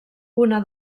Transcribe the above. una